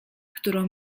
którą